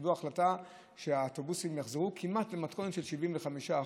קיבלו החלטה שהאוטובוסים יחזרו כמעט למתכונת של 75%,